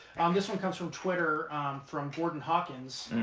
um this one comes from twitter from gordon hawkins.